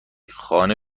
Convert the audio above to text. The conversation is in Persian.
خانه